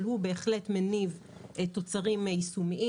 אבל הוא בהחלט מניב תוצרים יישומיים.